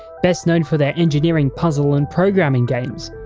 best known for their engineering puzzle and programming games.